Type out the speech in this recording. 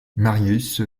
marius